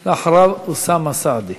אחריו, אוסאמה סעדי.